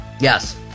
Yes